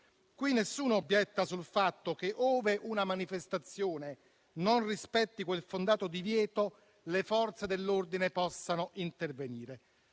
Qui nessuno obietta sul fatto che, ove una manifestazione non rispetti quel fondato divieto, le Forze dell'ordine possano intervenire,